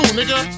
nigga